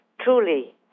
truly